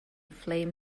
flame